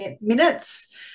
minutes